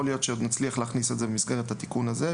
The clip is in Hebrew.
להיות שנצליח להכניס את זה במסגרת התיקון הזה,